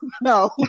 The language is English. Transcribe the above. No